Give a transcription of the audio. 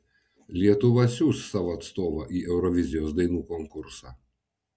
lietuva siųs savo atstovą į eurovizijos dainų konkursą